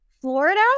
Florida